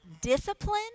discipline